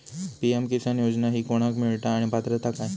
PM Kisan योजना ही कोणाक मिळता आणि पात्रता काय?